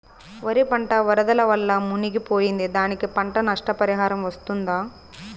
వరి పంట వరదల వల్ల మునిగి పోయింది, దానికి పంట నష్ట పరిహారం వస్తుందా?